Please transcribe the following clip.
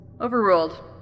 Overruled